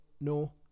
No